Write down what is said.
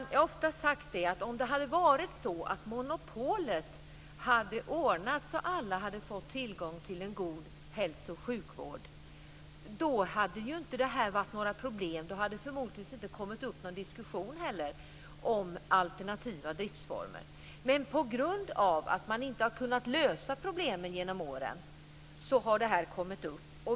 Jag har ofta sagt att om det hade varit så att monopolet hade ordnat så att alla hade fått tillgång till en god hälso och sjukvård, hade det inte varit några problem. Då hade det förmodligen inte heller kommit upp någon diskussion om alternativa driftsformer. Men på grund av att man inte har kunnat lösa problemen genom åren, har det kommit upp.